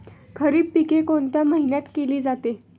खरीप पिके कोणत्या महिन्यात केली जाते?